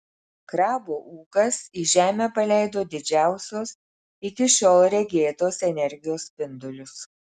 krabo ūkas į žemę paleido didžiausios iki šiol regėtos energijos spindulius